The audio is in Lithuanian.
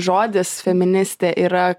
žodis feministė yra